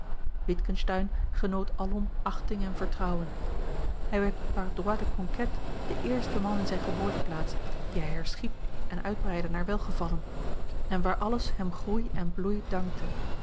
genoot alom achting en vertrouwen hij werd par droit de conquête de eerste man in zijne geboorteplaats die hij herschiep en uitbreidde naar welgevallen en waar alles hem groei en bloei dankte